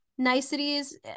niceties